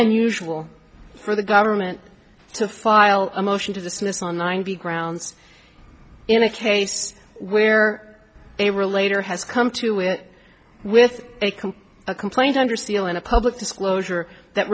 unusual for the government to file a motion to dismiss on ninety grounds in a case where they were later has come to with with a complete a complaint under seal in a public disclosure that